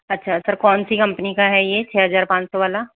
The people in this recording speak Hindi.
अच्छा सर कौन सी कंपनी का है ये छः हजार पाँच सौ वाला